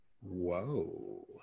Whoa